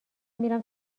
میرم